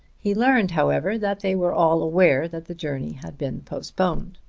he learned, however, that they were all aware that the journey had been postponed.